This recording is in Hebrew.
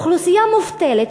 אוכלוסייה מובטלת,